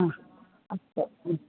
हा अस्तु